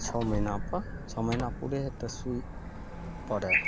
छओ महीनापर छओ महीना पूरय हइ तऽ सूई पड़य हइ